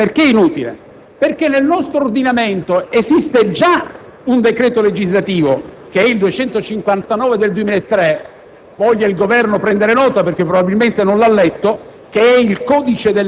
avviso inutile, perché nel nostro ordinamento esiste già un decreto legislativo, il n. 259 del 2003 (voglia il Governo prendere nota perché probabilmente non l'ha letto),